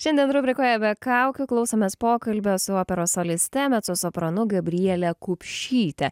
šiandien rubrikoje be kaukių klausomės pokalbio su operos soliste mecosopranu gabriele kupšyte